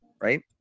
right